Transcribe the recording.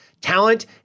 talent